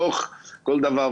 בתוך כל דבר,